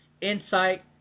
insight